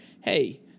hey